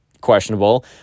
questionable